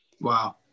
Wow